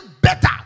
better